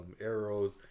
arrows